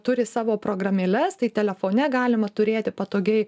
turi savo programėles tai telefone galima turėti patogiai